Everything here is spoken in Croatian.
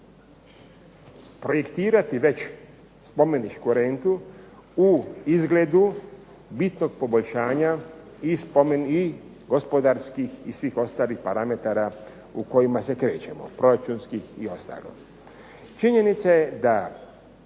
i projektirati već spomeničku rentu u izgledu bitnog poboljšanja i gospodarskih i svih ostalih parametara u kojima se krećemo proračunskih i ostalo. Činjenica je da